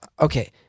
okay